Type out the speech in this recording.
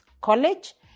college